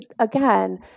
again